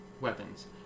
weapons